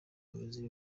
umuyobozi